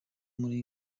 muri